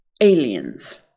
Aliens